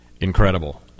Incredible